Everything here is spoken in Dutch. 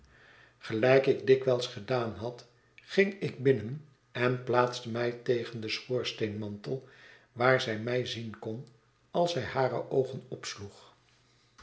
gelijk ik dikwijls gedaan had ging ik binnen en plaatste mij tegen den schoorsteenmantel waar zij mij zien kon als zij hare oogen opsloeg